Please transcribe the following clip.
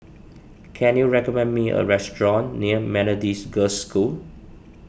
can you recommend me a restaurant near Methodist Girls' School